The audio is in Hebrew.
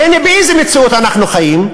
והנה, באיזה מציאות אנחנו חיים,